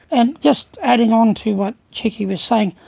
and just adding on to what chicky was saying,